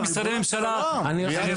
אני רק